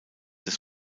des